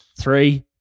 Three